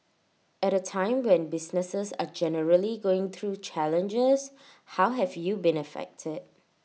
at A time when businesses are generally going through challenges how have you been affected